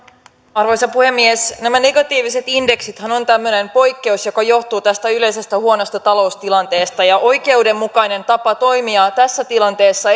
arvoisa puhemies nämä negatiiviset indeksithän ovat tämmöinen poikkeus joka johtuu tästä yleisestä huonosta taloustilanteesta oikeudenmukainen tapa toimia tässä tilanteessa